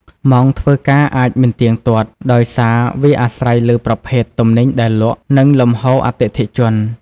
ម៉ោងធ្វើការអាចមិនទៀងទាត់ ដោយសារវាអាស្រ័យលើប្រភេទទំនិញដែលលក់ និងលំហូរអតិថិជន។